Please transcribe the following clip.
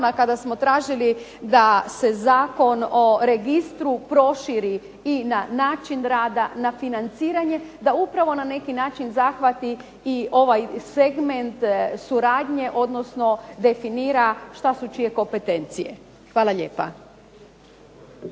kada smo tražili da se Zakon o registru proširi i na način rada na financiranje, da upravo na neki način zahvati i ovaj segment suradnje, odnosno definira šta su čije kompetencije. Hvala lijepa.